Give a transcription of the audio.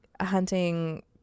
hunting